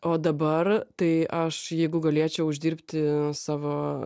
o dabar tai aš jeigu galėčiau uždirbti savo